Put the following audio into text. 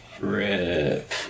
RIP